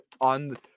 on